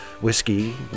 whiskey